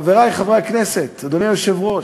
חברי חברי הכנסת, אדוני היושב-ראש,